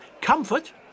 Comfort